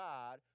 God